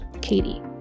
Katie